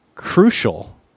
crucial